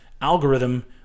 algorithm